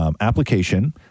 application